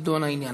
יידון העניין.